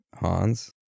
Hans